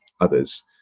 others